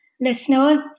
Listeners